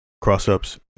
cross-ups